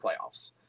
playoffs